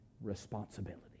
responsibility